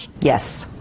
Yes